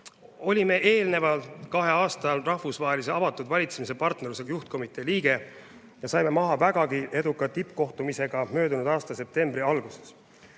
Olime eelneval kahel aastal rahvusvahelise avatud valitsemise partnerluse juhtkomitee liige ja saime maha vägagi eduka tippkohtumisega möödunud aasta septembri alguses.